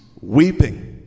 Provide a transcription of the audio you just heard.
weeping